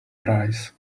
prize